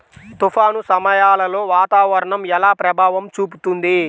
తుఫాను సమయాలలో వాతావరణం ఎలా ప్రభావం చూపుతుంది?